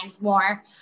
more